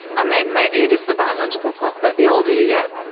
ah maybe maybe it is the biological clock, but the older you get,